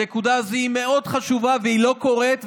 הנקודה הזו היא מאוד חשובה, והיא לא קורית.